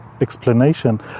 explanation